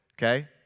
Okay